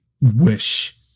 wish